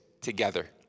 together